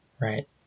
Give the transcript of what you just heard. right